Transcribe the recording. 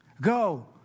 go